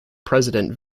president